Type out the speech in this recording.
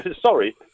Sorry